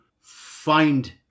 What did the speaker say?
find